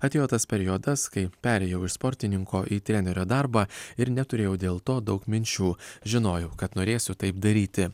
atėjo tas periodas kai perėjau iš sportininko į trenerio darbą ir neturėjau dėl to daug minčių žinojau kad norėsiu taip daryti